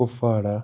Kupwara